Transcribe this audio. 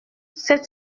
sept